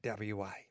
WA